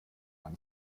man